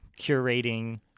curating